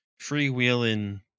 freewheeling